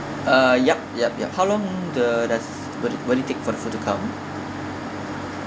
uh yup yup yup how long the does will it will it take for the food to come